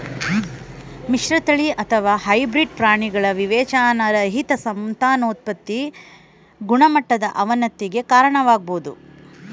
ಮಿಶ್ರತಳಿ ಅಥವಾ ಹೈಬ್ರಿಡ್ ಪ್ರಾಣಿಗಳ ವಿವೇಚನಾರಹಿತ ಸಂತಾನೋತ್ಪತಿ ಗುಣಮಟ್ಟದ ಅವನತಿಗೆ ಕಾರಣವಾಗ್ಬೋದು